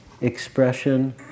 expression